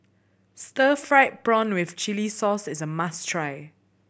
stir fried prawn with chili sauce is a must try